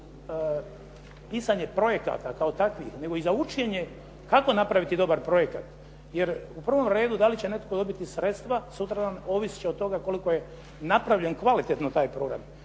pisanje projekata kao takvih, nego i za učenje kako napraviti dobar projekt jer u prvom redu da li će netko dobiti sredstva sutradan ovisi od toga koliko je napravljen kvalitetno taj program.